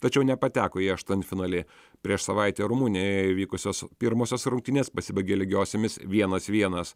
tačiau nepateko į aštuntfinalį prieš savaitę rumunijoje įvykusios pirmosios rungtynės pasibaigė lygiosiomis vienas vienas